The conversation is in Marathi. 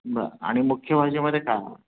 बरं आणि मुख्य भाजीमध्ये काय हवं